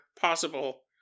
possible